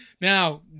now